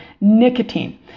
nicotine